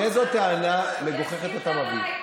תראה איזו טענה מגוחכת אתה מביא.